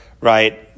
right